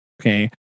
Okay